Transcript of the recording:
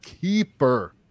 keeper